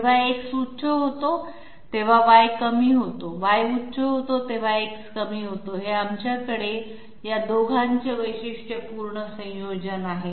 जेव्हा X उच्च होतो तेव्हा Y कमी होतो Y उच्च होतो X कमी होतो हे आमच्याकडे या दोघांचे वैशिष्ट्यपूर्ण संयोजन आहे